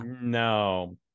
No